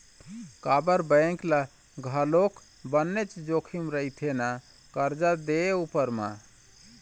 काबर बेंक ल घलोक बनेच जोखिम रहिथे ना करजा दे उपर म